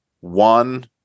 one